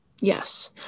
yes